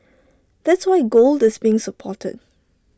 that's why gold is being supported